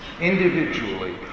individually